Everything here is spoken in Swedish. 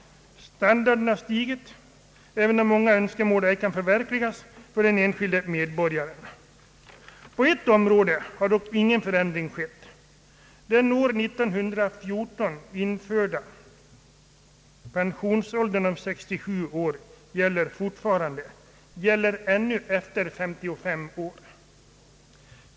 Standarden har stigit, även om många önskemål inte kan förverkligas för den enskilde medborgaren. På ett område har dock ingen förändring skett. Den år 1914 införda pensionsåldern 67 år gäller fortfarande — gäller ännu efter 55 år.